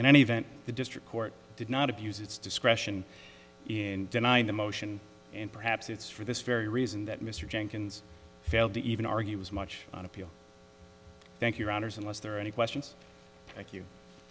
in any event the district court did not abuse its discretion in denying the motion and perhaps it's for this very reason that mr jenkins failed to even argue as much on appeal thank your honour's and was there any questions thank you thank you